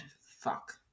fuck